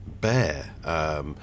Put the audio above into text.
Bear